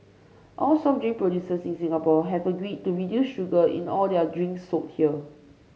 all soft drink producers in Singapore have agreed to reduce sugar in all their drinks sold here